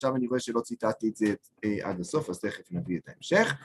עכשיו אני רואה שלא ציטטתי את זה עד הסוף, אז תכף נביא את ההמשך.